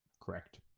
correct